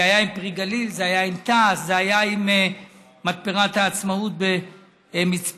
וחלק אחר מההצעה יכלול את יתר